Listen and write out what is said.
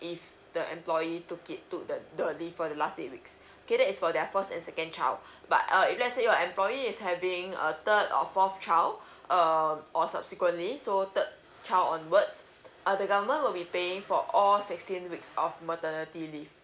if the employee took it took the the for the last eight weeks okay that is for their first and second child but uh if let's say your employee is having a third or fourth child uh or subsequently so third child onwards uh the government will be paying for all sixteen weeks of maternity leave